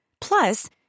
Plus